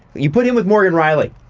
you put him with morgan rielly,